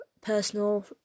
personal